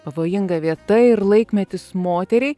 pavojinga vieta ir laikmetis moteriai